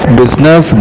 business